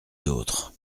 d’autres